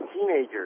teenagers